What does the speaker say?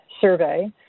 survey